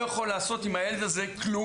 לא יכול לעשות עם הילד הזה כלום.